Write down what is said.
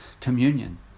communion